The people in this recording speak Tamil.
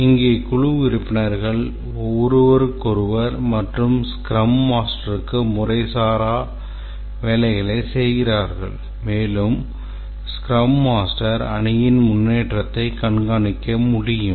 இங்கே குழு உறுப்பினர்கள் ஒருவருக்கொருவர் மற்றும் ஸ்க்ரம் மாஸ்டருக்கு முறைசாரா வேலைகளைச் செய்கிறார்கள் மேலும் ஸ்க்ரம் மாஸ்டர் அணியின் முன்னேற்றத்தைக் கண்காணிக்க முடியும்